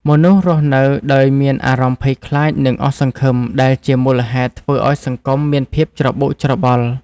មនុស្សរស់នៅដោយមានអារម្មណ៍ភ័យខ្លាចនិងអស់សង្ឃឹម ដែលជាមូលហេតុធ្វើឲ្យសង្គមមានភាពច្របូកច្របល់។